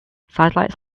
sidelights